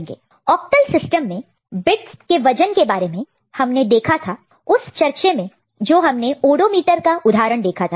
octal system में bits के वजन वेट weight के बारे में हमने देखा था उस चर्चे में जा हमने ऑडोमीटर का उदाहरण देखा था